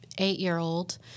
eight-year-old